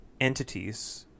entities